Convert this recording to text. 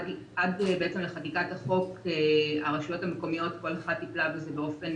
עד בעצם לחקיקת החוק כל אחת מהרשויות המקומיות טיפלה בזה באופן